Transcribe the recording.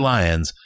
Lions